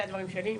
אלה הדברים שלי.